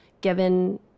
given